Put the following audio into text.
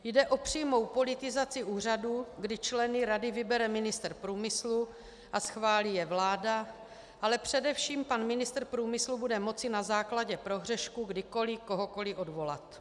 Jde o přímou politizaci úřadu, kdy členy rady vybere ministr průmyslu a schválí je vláda, ale především pan ministr průmyslu bude moci na základě prohřešku kdykoli kohokoli odvolat.